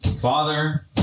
father